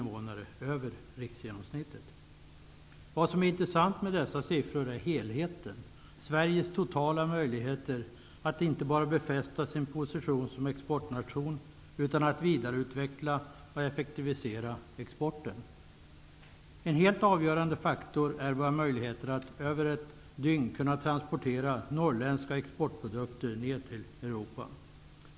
Vad som är intressant med dessa siffror är helheten, Sveriges totala möjligheter att inte bara befästa sin position som exportnation utan också vidareutveckla och effektivisera exporten. En helt avgörande faktor är våra möjligheter att över ett dygn transportera norrländska exportprodukter ner till Europa.